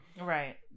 Right